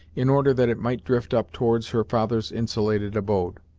in order that it might drift up towards her father's insulated abode.